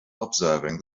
observing